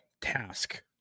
task